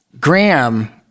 Graham